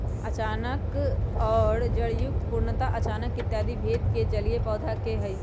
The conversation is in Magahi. अचानक और जड़युक्त, पूर्णतः अचानक इत्यादि भेद भी जलीय पौधवा के हई